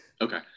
Okay